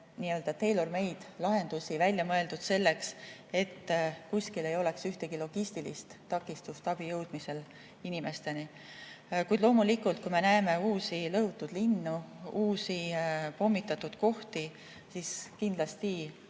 nii-öeldatailor-made-lahendusi välja mõeldud selleks, et kuskil ei oleks ühtegi logistilist takistust abi jõudmisel inimesteni. Kuid loomulikult, kui me näeme uusi lõhutud linnu, uusi pommitatud kohti, siis kindlasti